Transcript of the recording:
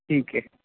ठीक आहे